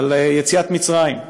של יציאת מצרים,